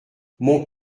mon